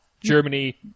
Germany